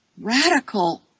radical